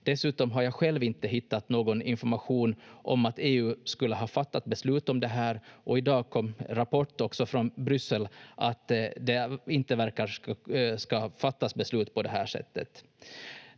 Dessutom har jag själv inte hittat någon information om att EU skulle ha fattat beslut om det här, och i dag kom rapport också från Bryssel att det inte verkar ska ha fattats beslut på det här sättet.